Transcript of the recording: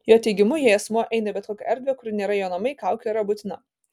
jo teigimu jei asmuo eina į bet kokią erdvę kuri nėra jo namai kaukė yra būtina